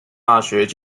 大学